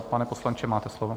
Pane poslanče, máte slovo.